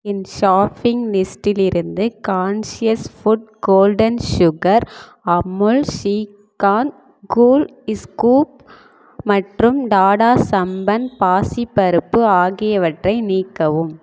என் shopping லிஸ்டிலிருந்து conscious food golden sugar Amul shrikhand cool scoop மற்றும் டாடா சம்பன் பாசிப் பருப்பு ஆகியவற்றை நீக்கவும்